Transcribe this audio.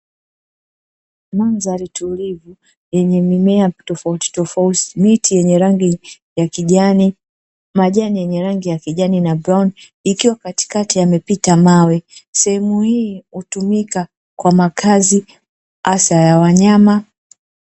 Madhari tulivu yenye mimea tofauti tofauti, miti yenye rangi ya kijani, majani yenye rangi ya kijani na brauni, ikiwa katikati yamepita mawe. Sehemu hii hutumika kwa makazi hasa ya wanyama."